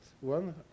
one